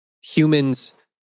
humans